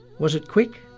was it quick?